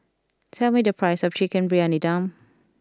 tell me the price of Chicken Briyani Dum